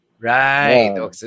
Right